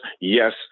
Yes